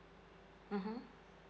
mmhmm